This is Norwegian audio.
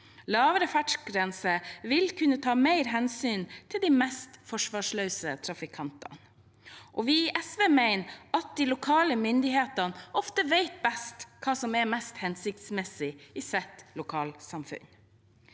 Lavere fartsgrense vil kunne ta mer hensyn til de mest forsvarsløse trafikantene. Vi i SV mener at de lokale myndighetene ofte vet best hva som er mest hensiktsmessig i sitt lokalsamfunn.